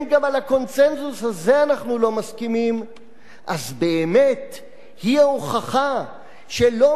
אז זו באמת ההוכחה שלא בגלל הנימוק המשפטי